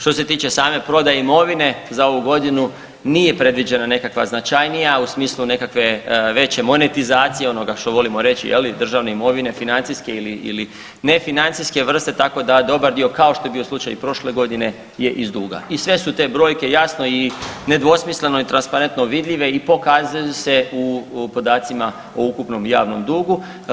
Što se tiče same prodaje imovine za ovu godinu nije predviđena nekakva značajnija u smislu nekakve veće monetizacije, onoga što volimo reći je li državne imovine financijske ili, ili ne financijske vrste, tako da dobar dio kao što je bio slučaj i prošle godine je iz duga i sve su te brojke jasno i nedvosmisleno i transparentno vidljive i pokazuju se u podacima o ukupnom javnom dugu.